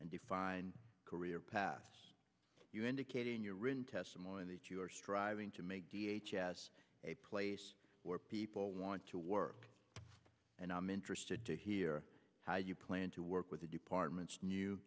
and define career paths you indicate in your written testimony that you are striving to make d h s s a place where people want to work and i'm interested to hear how you plan to work with the department's new